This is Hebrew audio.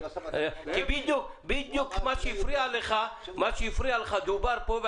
כי בדיוק מה שהפריע לך דובר פה,